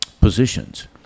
positions